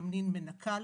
מממנים מנקה,